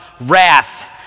wrath